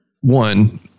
One